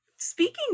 Speaking